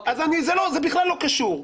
אז זה בכלל לא קשור.